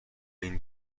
این